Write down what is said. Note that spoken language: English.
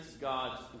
God's